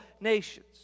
nations